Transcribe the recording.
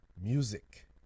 music